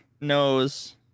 knows